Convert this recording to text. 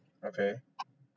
okay